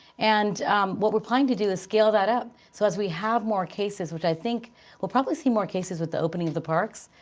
and what we're planning to do is scale that up. so as we have more cases, which i think we'll probably see more cases with the opening of the parks.